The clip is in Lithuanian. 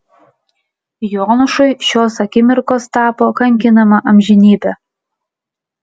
jonušui šios akimirkos tapo kankinama amžinybe